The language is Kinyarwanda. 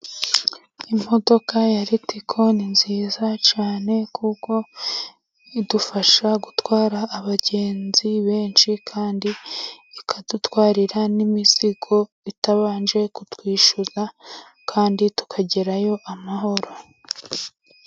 Imodoka ya ritiko ni nziza cyane, kuko idufasha gutwara abagenzi benshi ,kandi ikadutwarira n'imizigo, itabanje kutwishyuza kandi tukagerayo amahoro.